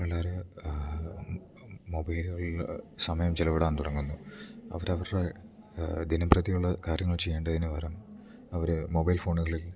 പിള്ളേര് മൊബൈലുകളിലും സമയം ചിലവിടാൻ തുടങ്ങുന്നു അവർ അവരുടെ ദിനംപ്രതി ഉള്ള കാര്യങ്ങൾ ചെയ്യേണ്ടതിനു പകരം അവർ മൊബൈൽ ഫോണുകളിൽ